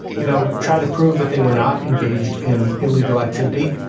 you know, try to prove that they were not engaged in illegal activity.